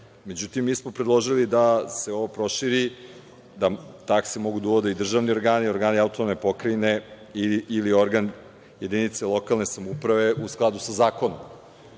Međutim, mi smo predložili da se ovo proširi, da takse mogu da uvode i državni organi i organi AP ili organ jedinice lokalne samouprave u skladu sa zakonom. Ne